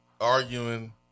Arguing